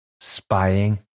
Spying